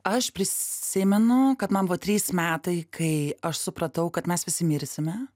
aš prisimenu kad man buvo trys metai kai aš supratau kad mes visi mirsime